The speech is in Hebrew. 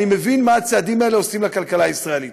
אני מבין מה הצעדים האלה עושים לכלכלה הישראלית.